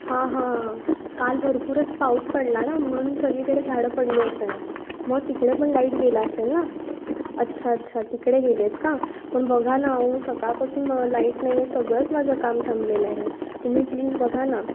हां हां काल भरपूरच पाऊस पडला ना म्हणून सगळीकडे झाडं पडली असणार मग तिकडे पण लाईट गेला असेल ना अच्छा अच्छा तिकडे गेली आहे का पण बघा ना ओ सकाळपासून मग लाईट नाही आहे सगळंच माझं काम थांबलेलं आहे तुम्ही प्लीज बघा ना